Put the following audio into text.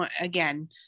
again